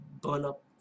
burn-up